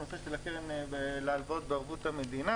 הנושא של הקרן להלוואות בערבות המדינה